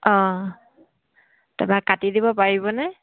অঁ তাৰপৰা কাটি দিব পাৰিবনে